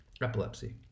epilepsy